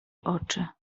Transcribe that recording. oczy